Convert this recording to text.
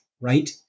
right